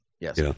yes